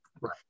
Right